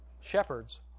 Shepherds